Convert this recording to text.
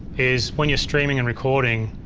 is when you're streaming and recording,